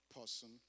person